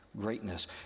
greatness